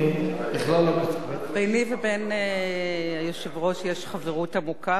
ביני לבין היושב-ראש יש חברות עמוקה,